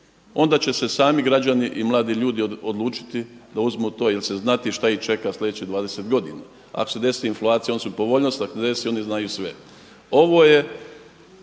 Onda će se sami građani i mladi ljudi odlučiti da uzmu to jer će znati šta ih čeka sljedećih 20 godina. Ako se desi inflacija oni su povoljnost, ako se ne desi oni znaju sve. Ovo je